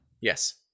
Yes